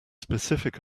specific